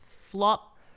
flop